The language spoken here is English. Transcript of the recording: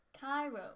Cairo